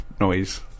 noise